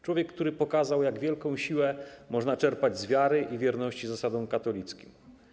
Człowiek, który pokazał, jak wielką siłę można czerpać z wiary i wierności zasadom katolickim.